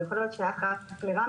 ויכול להיות שייך רק לרמלה,